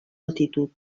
altitud